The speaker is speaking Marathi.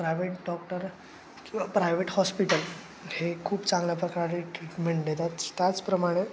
प्रायवेट डॉक्टर किंवा प्रायव्हेट हॉस्पिटल हे खूप चांगल्या प्रकारे ट्रीटमेंट देतात त्याचप्रमाणे